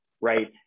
right